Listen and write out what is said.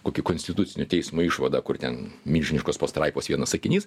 kokį konstitucinio teismo išvadą kur ten milžiniškos pastraipos vienas sakinys